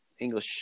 English